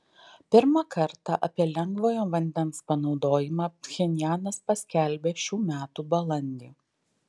pirmą kartą apie lengvojo vandens panaudojimą pchenjanas paskelbė šių metų balandį